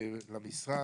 ולמשרד,